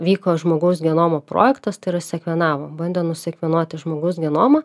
vyko žmogaus genomo projektas tai yra sekvenavo bandė nusekvenuoti žmogaus genomą